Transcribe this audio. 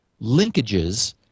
linkages